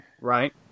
Right